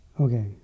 okay